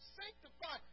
sanctify